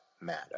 Matter